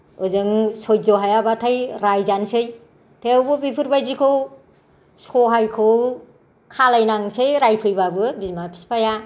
ओजों सैज्य हायाबाथाय रायजानोसै थेवबो बेफोरबायदिखौ सहायखौ खालामनांनोसै रायफैबाबो बिमा बिफाया